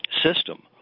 system